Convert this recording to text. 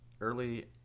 early